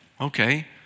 okay